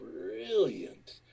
brilliant